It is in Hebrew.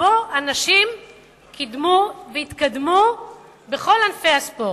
שבו אנשים קידמו והתקדמו בכל ענפי הספורט.